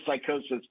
psychosis